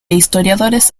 historiadores